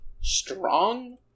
strong